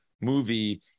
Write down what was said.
movie